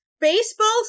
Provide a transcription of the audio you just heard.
baseball